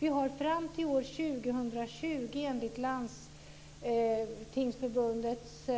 Det kommer fram till år 2020, enligt Landstingsförbundets